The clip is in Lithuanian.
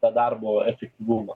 tą darbo efektyvumą